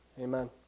Amen